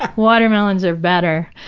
watermelons are better.